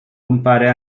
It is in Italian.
compare